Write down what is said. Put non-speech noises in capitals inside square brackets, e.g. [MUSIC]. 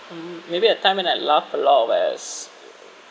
mm maybe a time that I laugh a lot was [NOISE]